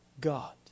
God